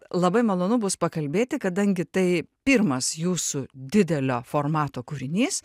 labai malonu bus pakalbėti kadangi tai pirmas jūsų didelio formato kūrinys